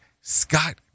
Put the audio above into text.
Scott